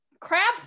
crab